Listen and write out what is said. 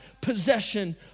possession